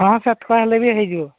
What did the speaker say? ହଁ ସାତପା ହେଲେ ବି ହୋଇଯିବ